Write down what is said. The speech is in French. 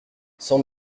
sans